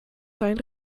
sein